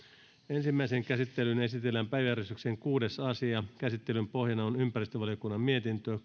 ensimmäiseen käsittelyyn esitellään päiväjärjestyksen kuudes asia käsittelyn pohjana on ympäristövaliokunnan mietintö